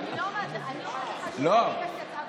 אבל אני רוצה לשמוע את התשובה.